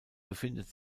befindet